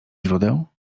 źródeł